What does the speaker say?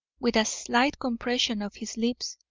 with a slight compression of his lips,